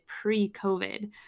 pre-COVID